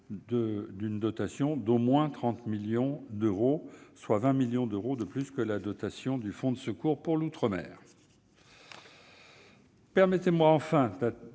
d'une dotation d'au moins 30 millions d'euros, soit 20 millions d'euros de plus que la dotation du fonds de secours pour l'outre-mer.